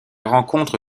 rencontre